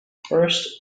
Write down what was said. first